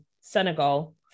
Senegal